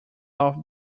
love